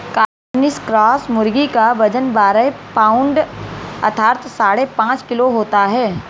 Cornish cross मुर्गी का वजन बारह पाउण्ड अर्थात साढ़े पाँच किलो होता है